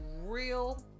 real